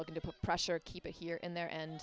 looking to put pressure keep it here and there and